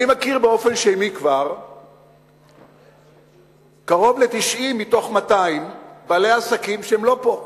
אני מכיר כבר באופן שמי קרוב ל-90 מתוך 200 בעלי עסקים שהם לא פה,